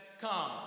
come